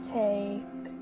take